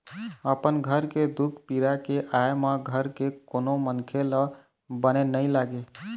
अपन घर के दुख पीरा के आय म घर के कोनो मनखे ल बने नइ लागे